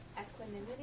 equanimity